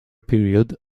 period